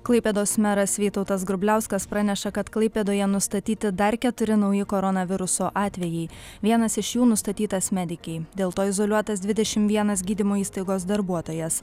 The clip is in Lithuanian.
klaipėdos meras vytautas grubliauskas praneša kad klaipėdoje nustatyti dar keturi nauji koronaviruso atvejai vienas iš jų nustatytas medikei dėl to izoliuotas dvidešimt vienas gydymo įstaigos darbuotojas